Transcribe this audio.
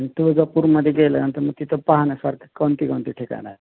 तुळजापूरमध्ये गेल्यानंतर मग तिथं पाहण सर कोणती कोणती ठिकाण आहे